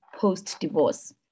post-divorce